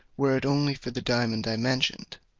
were it only for the diamond i mentioned.